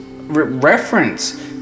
reference